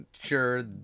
sure